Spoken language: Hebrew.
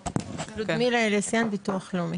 לודמילה אליאסיאן ביטוח לאומי.